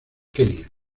kenia